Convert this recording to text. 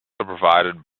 provided